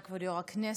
תודה, כבוד יו"ר הכנסת.